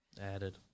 Added